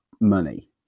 money